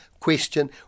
question